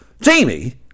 Jamie